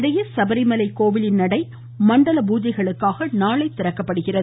இதனிடையே சபரிமலைக் கோவிலின் நடை மண்டல பூஜைக்காக நாளை திறக்கப்படுகிறது